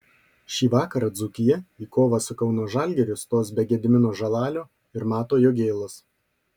šį vakarą dzūkija į kovą su kauno žalgiriu stos be gedimino žalalio ir mato jogėlos